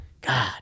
god